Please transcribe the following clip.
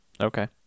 Okay